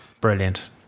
Brilliant